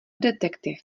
detektiv